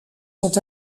sont